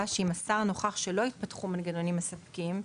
שאם השר נוכח שלא התפתחו מנגנונים מספקים,